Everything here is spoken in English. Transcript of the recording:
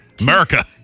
America